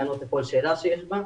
לענות לכל שאלה שמופנית בו,